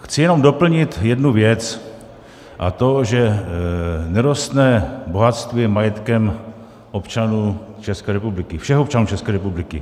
Chci jenom doplnit jednu věc, a to že nerostné bohatství je majetkem občanů České republiky, všech občanů České republiky.